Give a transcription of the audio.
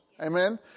Amen